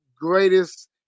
greatest